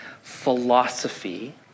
philosophy